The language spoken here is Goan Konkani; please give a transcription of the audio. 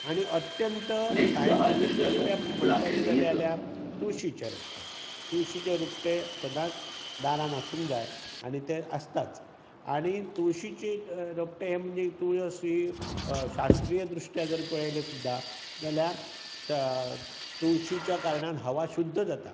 आनी अत्यंत सायंटिफीक दृश्ट्या म्हणपाचें जालें जाल्यार तुळशीचें रोपटें तुळशीचें रोपटें सदांच दारांत आसूंक जाय आनी तें आसताच आनी तुळशीची रोपटें हें म्हणजे तुळस ही शास्त्रीय दृश्ट्या जर पळयलें सुद्दां जाल्यार तुळशीच्या कारणान हवा शुद्ध जाता